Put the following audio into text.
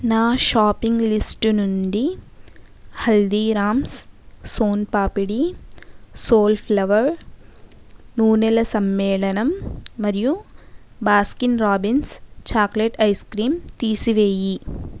నా shopping list నుండి Haldiram's son papdi sunflower నూనెల సమ్మేళనం మరియు బాస్కిన్ రాబిన్స్ చాక్లెట్ ఐస్క్రీం తీసివేయి